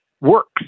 works